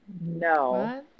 No